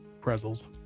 Pretzels